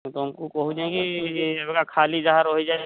ତମକୁ କହୁଛି କିଁ ସେ ଖାଲି ରହିଯାଇଛି